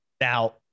Now